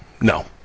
No